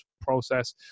process